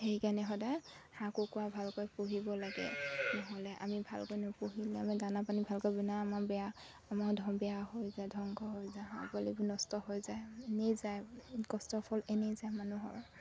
সেইকাৰণে সদায় হাঁহ কুকুৰা ভালকৈ পুহিব লাগে নহ'লে আমি ভালকৈ নোপুহিলে আমি দানা পানী ভালকৈ বনাই আমাৰ বেয়া আমাৰ বেয়া হৈ যায় ধ্বংস হৈ যায় হাঁহ পোৱালিবোৰ নষ্ট হৈ যায় এনেই যায় কষ্টৰ ফল এনেই যায় মানুহৰ